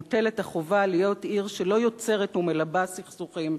מוטלת החובה להיות עיר שלא יוצרת ומלבה סכסוכים,